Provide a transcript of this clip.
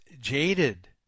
jaded